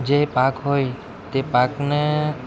જે પાક હોય તે પાક ને